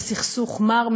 וסכסוך מר,